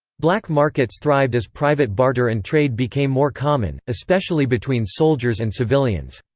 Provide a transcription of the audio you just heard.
black markets thrived as private barter and trade became more common, especially between soldiers and civilians.